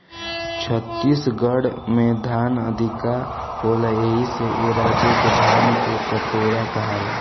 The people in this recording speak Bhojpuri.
छत्तीसगढ़ में धान अधिका होला एही से ए राज्य के धान के कटोरा कहाला